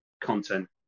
content